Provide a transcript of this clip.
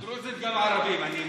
הדרוזים גם הם ערבים, נכון,